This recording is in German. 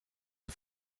der